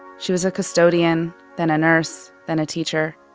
she was a custodian, then a nurse, then a teacher.